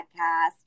podcast